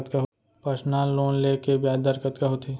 Personal loan ले के ब्याज दर कतका होथे?